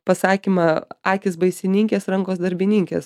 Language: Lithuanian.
pasakymą akys baisininkės rankos darbininkės